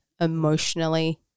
emotionally